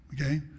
okay